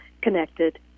connected